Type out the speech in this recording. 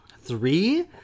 three